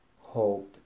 Hope